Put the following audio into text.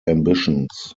ambitions